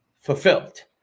fulfilled